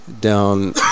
down